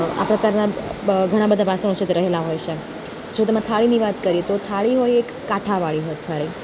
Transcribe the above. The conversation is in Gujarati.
આ પ્રકારના ઘણા બધા વાસણો છે જે રહેલા હોય છે જો તમે થાળીની વાત કરીએ તો થાળી હોય એક કાંઠાવાળી હોય થાળી